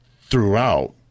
throughout